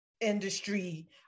industry